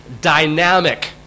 dynamic